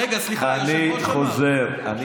רגע, סליחה, היושב-ראש אמר.